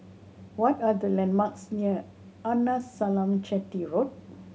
what are the landmarks near Arnasalam Chetty Road